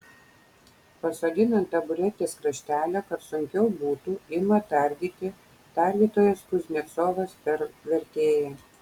pasodina ant taburetės kraštelio kad sunkiau būtų ima tardyti tardytojas kuznecovas per vertėją